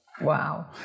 Wow